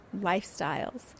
lifestyles